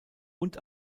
und